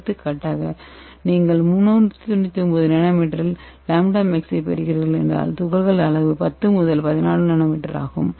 எடுத்துக்காட்டாக நீங்கள் 395 nm இல் λmax ஐப் பெறுகிறீர்கள் என்றால் துகள் அளவு தோராயமாக 10 முதல் 14 nm ஆகும்